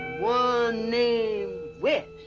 one named west.